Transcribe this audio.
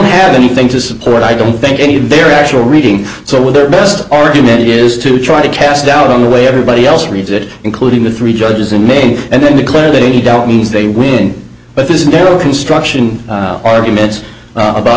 have anything to support i don't think any of their actual reading so with their best argument is to try to cast doubt on the way everybody else reads it including the three judges in maine and then declare that any downey's they win but this narrow construction arguments about